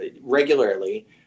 regularly